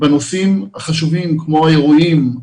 בנושאים החשובים כמו אירועים,